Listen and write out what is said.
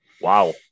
Wow